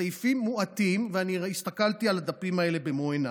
סעיפים מועטים ואני הסתכלתי על הדפים האלה במו עיניי.